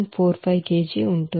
45 ఉంటుంది